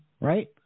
right